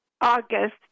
August